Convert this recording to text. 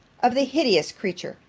of the hideous creature,